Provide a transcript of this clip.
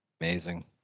Amazing